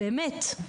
באמת.